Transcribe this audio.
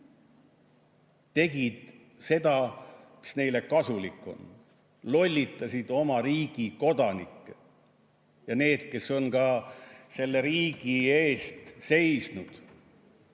tegid seda, mis neile kasulik on. Lollitasid oma riigi kodanikke, neid, kes selle riigi eest seisid